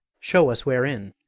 show us wherein,